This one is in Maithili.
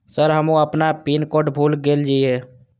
सर हमू अपना पीन कोड भूल गेल जीये?